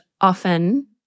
often